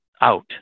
out